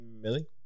Millie